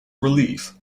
relief